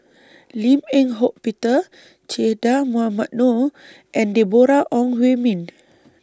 Lim Eng Hock Peter Che Dah Mohamed Noor and Deborah Ong Hui Min